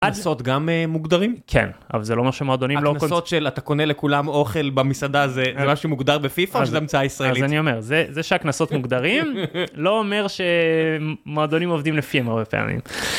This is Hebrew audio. קנסות גם מוגדרים? כן, אבל זה לא אומר שמועדונים לא קונסים... הקנסות של אתה קונה לכולם אוכל במסעדה זה מה שמוגדר בפיפ״א? או שזה המצאה ישראלית? אז זה משאני אומר, זה שהקנסות מוגדרים לא אומר שמועדונים עובדים לפיהם הרבה פעמים.